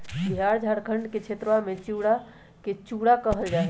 बिहार झारखंड के क्षेत्रवा में चिड़वा के चूड़ा कहल जाहई